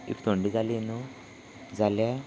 if थंड जाली न्हू जाल्या